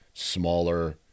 smaller